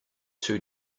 too